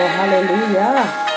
Hallelujah